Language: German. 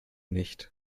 nicht